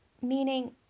Meaning